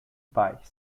paz